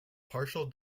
partial